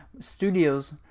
studios